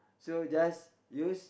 so just use